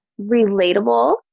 relatable